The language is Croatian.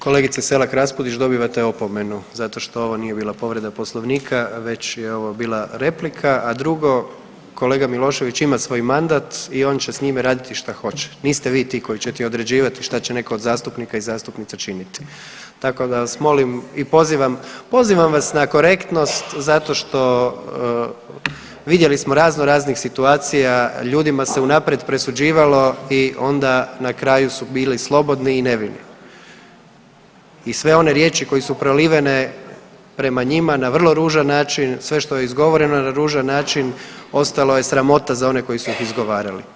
Kolegice Selak Raspudić dobivate opomenu zato što ovo nije bila povreda Poslovnika već je ovo bila replika, a drugo kolega Milošević ima svoj mandat i on će s njime raditi šta hoće, niste vi ti koji ćete određivati šta će neko od zastupnika i zastupnica činiti, tako da vas molim i pozivam, pozivam vas na korektnost zato što, vidjeli smo razno raznih situacija, ljudima se unaprijed presuđivalo i onda na kraju su bili slobodni i nevini i sve one riječi koje su prolivene prema njima na vrlo ružan način, sve što je izgovoreno na ružan način ostalo je sramota za one koji su ih izgovarali.